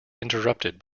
interrupted